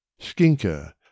Skinker